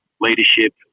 leadership